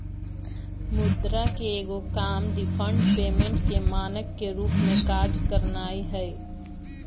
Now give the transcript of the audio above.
मुद्रा के एगो काम डिफर्ड पेमेंट के मानक के रूप में काज करनाइ हइ